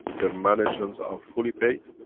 the managements are fully paid,